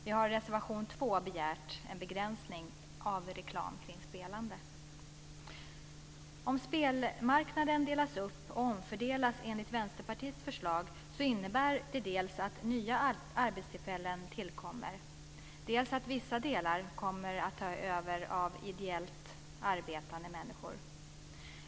Vi har i reservation 2 begärt en begränsning av reklam kring spelande. Om spelmarknaden delas upp och omfördelas enligt Vänsterpartiets förslag innebär det dels att nya arbetstillfällen tillkommer, dels att vissa delar kommer att tas över av ideellt arbetande människor.